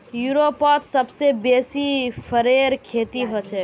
यूरोपत सबसे बेसी फरेर खेती हछेक